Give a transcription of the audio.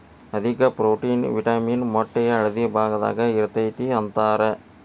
ಅಧಿಕ protein, vitamin ಮೊಟ್ಟೆಯ ಹಳದಿ ಭಾಗದಾಗ ಇರತತಿ ಅಂತಾರ